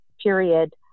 period